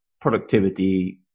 productivity